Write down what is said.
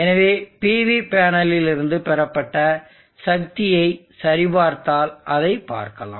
எனவே PV பேனலில் இருந்து பெறப்பட்ட சக்தியை சரிபார்த்தால் அதைப் பார்க்கலாம்